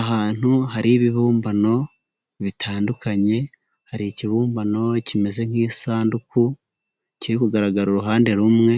Ahantu hari ibibumbano bitandukanye hari ikibumbano kimeze nk'isanduku kiri kugaragara uruhande rumwe,